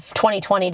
2020